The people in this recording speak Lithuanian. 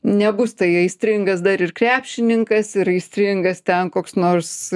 nebus tai aistringas dar ir krepšininkas ir aistringas ten koks nors